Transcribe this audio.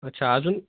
अच्छा अजून